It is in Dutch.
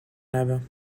hebben